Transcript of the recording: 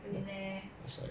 really meh